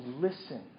listen